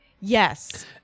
yes